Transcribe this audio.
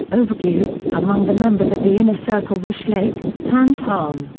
overview among the members of the inner circle were schlick, hans hahn,